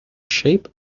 shape